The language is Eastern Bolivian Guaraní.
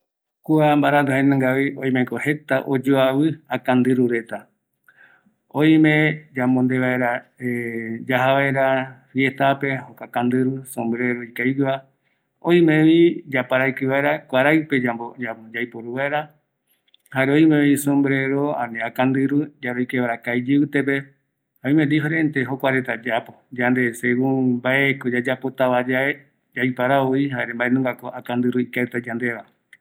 Kua akandɨrureta öimevi jetape oyoavɨ, mbaerako yaipotava, öime arete pegua, kaa rupi yaroike vaera, öime kuarai jasɨ pegua jare mbaravɨkɨ pegua, jare oyoavɨ vi ïru tëtä iru va reta ndive